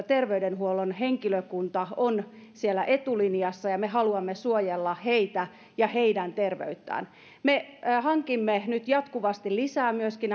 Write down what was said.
terveydenhuollon henkilökunta on siellä etulinjassa ja me haluamme suojella heitä ja heidän terveyttään me hankimme nyt jatkuvasti lisää myöskin